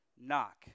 knock